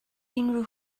unrhyw